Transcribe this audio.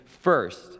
first